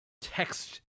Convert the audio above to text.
text